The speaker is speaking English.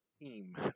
team